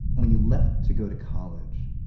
when you left to go to college,